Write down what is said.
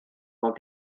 fod